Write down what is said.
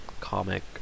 comic